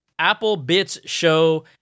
AppleBitsShow